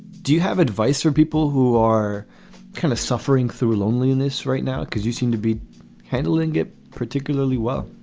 do you have advice for people who are kind of suffering through loneliness right now because you seem to be handling it particularly well?